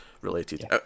related